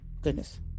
goodness